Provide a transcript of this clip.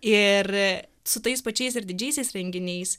ir su tais pačiais ir didžiaisiais renginiais